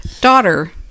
Daughter